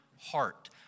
heart